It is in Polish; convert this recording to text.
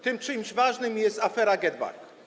Tym czymś ważnym jest afera GetBack.